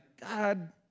God